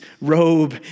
robe